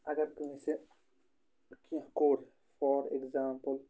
اگر کٲنٛسہِ کینٛہہ کوٚر فار ایٚگزامپٕل